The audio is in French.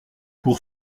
pour